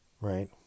right